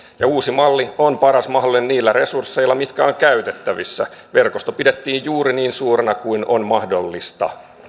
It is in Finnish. ja uusi malli on paras mahdollinen niillä resursseilla mitkä ovat käytettävissä verkosto pidettiin juuri niin suurena kuin on mahdollista